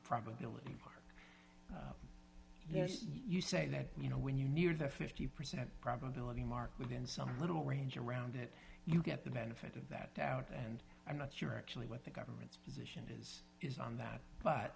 probability part yes you say that you know when you're near the fifty percent probability mark within some little range around it you get the benefit of that doubt and i'm not sure actually what the government is is on that but